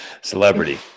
Celebrity